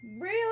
Real